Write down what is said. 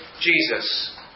Jesus